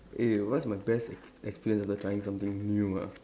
eh what's my best ex~ experience after trying something new ah